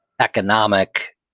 economic